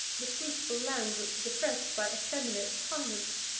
the fruitful land which was oppressed by effeminate tyrants.